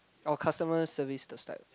oh customer service those type